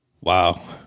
Wow